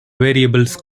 variables